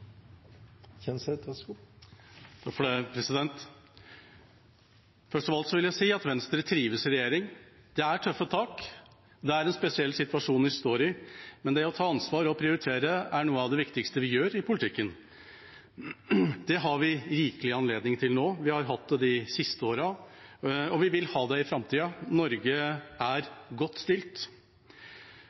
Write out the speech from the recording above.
Først av alt vil jeg si at Venstre trives i regjering. Det er tøffe tak, det er en spesiell situasjon vi står i, men det å ta ansvar og å prioritere er noe av det viktigste vi gjør i politikken. Det har vi rikelig anledning til nå, vi har hatt det de siste årene, og vi vil ha det i framtida. Norge er godt stilt.